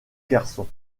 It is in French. garçons